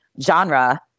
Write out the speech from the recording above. genre